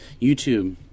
YouTube